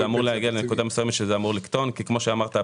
זה אמור להגיע לנקודה מסוימת בה זה אמור לקטון כי כמו שאמרת,